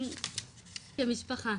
כמשפחה.